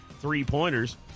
three-pointers